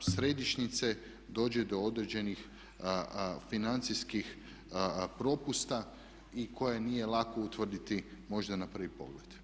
središnjice dođe do određenih financijskih propusta koje nije lako utvrditi možda na prvi pogled.